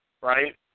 right